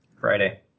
Friday